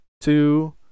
two